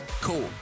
Cool